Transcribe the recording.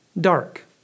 dark